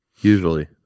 Usually